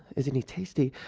isn't he tasty!